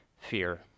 fear